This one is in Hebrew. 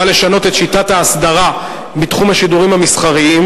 בא לשנות את שיטת ההסדרה בתחום השידורים המסחריים,